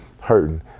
hurting